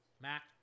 Mac